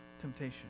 temptation